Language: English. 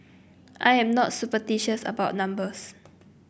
I am not superstitious about numbers